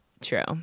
True